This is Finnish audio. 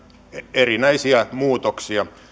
erinäisiä muutoksia